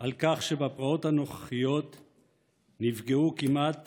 על כך שבפרעות הנוכחיות נפגעו כמעט